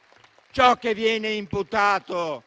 ciò che viene imputato